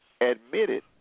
admitted